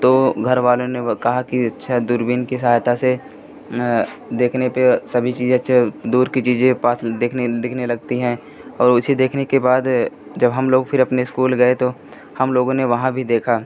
तो घरवालों ने व कहा कि अच्छा दूरबीन की सहायता से देखने पर सभी चीज़ अच्छा दूर की चीज़ें पास दिखने दिखने लगती हैं और उसे देखने के बाद जब हमलोग फिर अपने स्कूल गए तो हमलोगों ने वहाँ भी देखा